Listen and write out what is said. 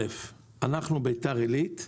האחת, אנחנו, ביתר עילית,